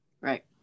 Right